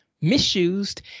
misused